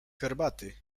herbaty